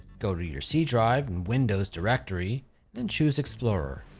go to your c drive in windows directory and choose explorer,